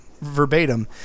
verbatim